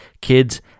kids